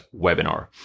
webinar